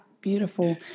beautiful